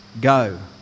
Go